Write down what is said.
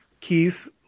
Keith